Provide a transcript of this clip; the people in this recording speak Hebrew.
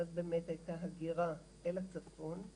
ואז באמת הייתה הגירה אל הצפון.